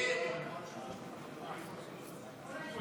2 לא